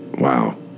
wow